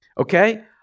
Okay